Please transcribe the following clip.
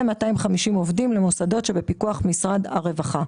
וכ-250 המוקצים למוסדות שבפיקוח משרד הרווחה.